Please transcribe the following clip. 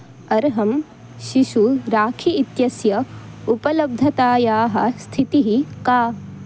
अर्हं शिशु राखी इत्यस्य उपलब्धतायाः स्थितिः का